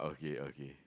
okay okay